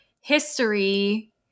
history